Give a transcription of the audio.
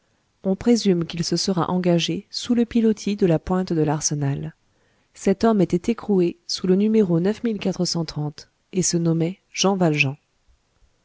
on présume qu'il se sera engagé sous le pilotis de la pointe de l'arsenal cet homme était écroué sous le no et se nommait jean valjean